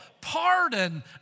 pardon